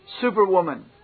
superwoman